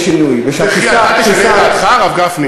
הייתה לי שאלה והוא אפשר לי,